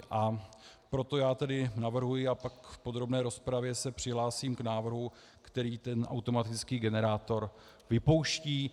A proto tedy navrhuji, a pak v podrobné rozpravě se přihlásím k návrhu, který ten automatický generátor vypouští.